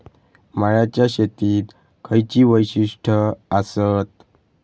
मळ्याच्या शेतीची खयची वैशिष्ठ आसत?